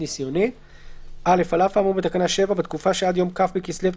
לא יפעיל את המקום בדרך של פתיחתו לציבור,